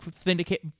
Syndicate